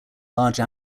large